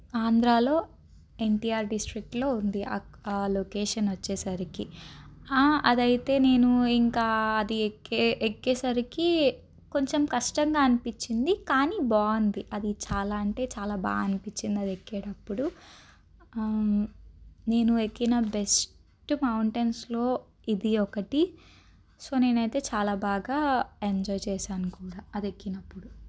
ఆంధ్రాలో ఎన్టిఆర్ డిస్టిక్లో ఉంది ఆ ఆ లోకేషన్ వచ్చేసరికి అది అయితే నేను ఇంకా అది ఎక్కే ఎక్కేసరికి కొంచెం కష్టంగా అనిపించింది కానీ బాగుంది అది చాలా అంటే చాలా బాగా అనిపించింది అది ఎక్కేటప్పుడు నేను ఎక్కిన బెస్ట్ మౌంటైన్స్లో ఇది ఒకటి సో నేను అయితే చాలా బాగా ఎంజాయ్ చేశాను కూడా అది ఎక్కినప్పుడు